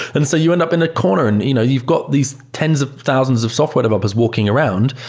and so you end up in a corner and you know you've got these tens of thousands of software developers walking around.